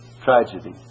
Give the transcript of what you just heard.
tragedy